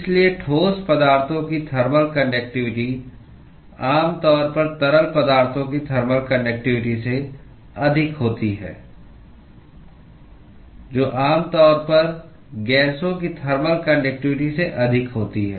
इसलिए ठोस पदार्थों की थर्मल कान्डक्टिवटी आमतौर पर तरल पदार्थों की थर्मल कान्डक्टिवटी से अधिक होती है जो आमतौर पर गैसों की थर्मल कान्डक्टिवटी से अधिक होती है